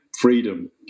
freedom